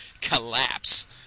collapse